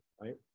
right